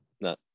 No